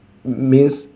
means